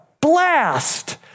blast